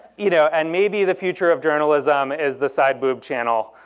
you know and maybe the future of journalism is the sideboob channel,